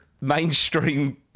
mainstream